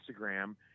Instagram